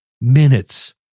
minutes